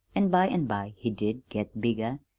an' by and by he did get bigger,